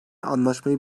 anlaşmayı